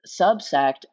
subsect